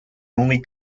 only